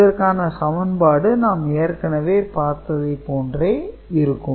இதற்கான சமன்பாடு நாம் ஏற்கனவே பார்த்ததை போன்றே இருக்கும்